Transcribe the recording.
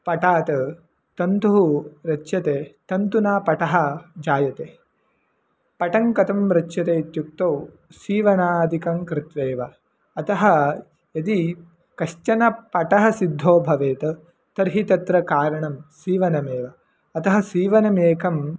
पटात् तन्तुः रच्यते तन्तु न पटः जायते पटः कथं रच्यते इत्युक्तौ सीवनादिकं कृत्वैव अतः यदि कश्चन पटः सिद्धो भवेत् तर्हि तत्र कारणं सीवनमेव अतः सीवनमेकं